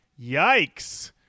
yikes